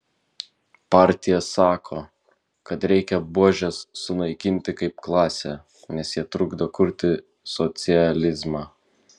partija sako kad reikia buožes sunaikinti kaip klasę nes jie trukdo kurti socializmą